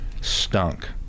stunk